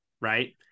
right